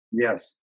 Yes